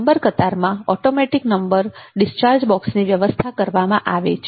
number કતારમાં automatic number discharge બોક્સની વ્યવસ્થા કરવામાં આવે છે